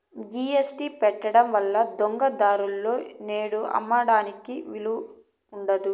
GST పెట్టడం వల్ల దొంగ దారులలో నేడు అమ్మడానికి వీలు ఉండదు